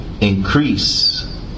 increase